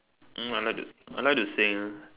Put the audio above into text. mm I like to I like to sail